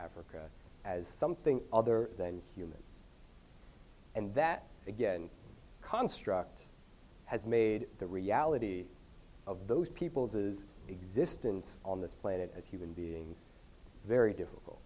africa as something other than human and that again construct has made the reality of those peoples is existence on this planet as human beings very difficult